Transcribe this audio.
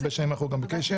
הרבה שנים אנחנו בקשר.